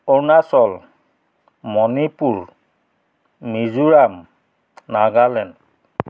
Arunachal Manipur Mizoram Nagaland